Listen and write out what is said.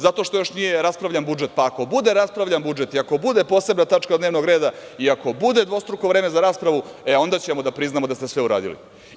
Zato što još nije raspravljan budžet, pa ako bude raspravljan budžet i ako bude posebna tačka dnevnog reda i ako bude dvostruko vreme za raspravu, e onda ćemo da priznamo da ste sve uradili.